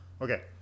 Okay